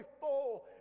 full